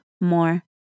more